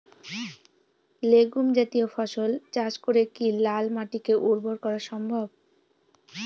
Legume জাতীয় ফসল চাষ করে কি লাল মাটিকে উর্বর করা সম্ভব?